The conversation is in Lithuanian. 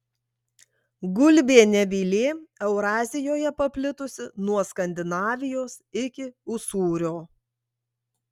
gulbė nebylė eurazijoje paplitusi nuo skandinavijos iki usūrio